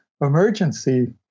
emergency